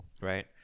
right